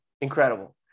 Incredible